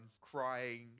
crying